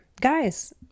guys